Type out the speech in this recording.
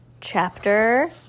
Chapter